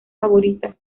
favorita